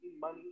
money